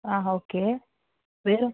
ஆ okay வேறு